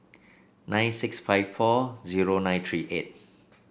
nine six five four zero nine three eight